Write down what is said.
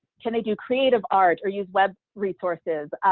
can they do creative art or use web resources?